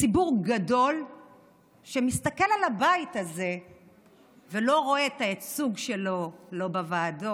מציבור גדול שמסתכל על הבית הזה ולא רואה את הייצוג שלו לא בוועדות,